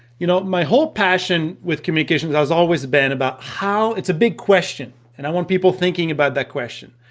you know my whole passion with communication has always been about how? it's a big question, and i want people thinking about that question.